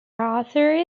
arthur